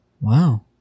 Wow